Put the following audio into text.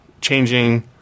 Changing